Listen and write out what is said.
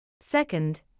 Second